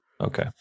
Okay